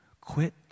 Quit